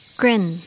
grin